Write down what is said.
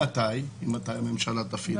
ממתי הממשלה תפעיל את זה?